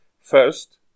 First